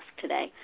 today